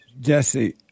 Jesse